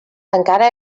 encara